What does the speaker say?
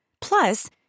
Plus